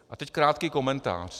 A teď krátký komentář.